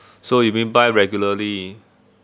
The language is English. so you mean buy regularly